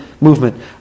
movement